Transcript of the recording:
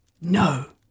No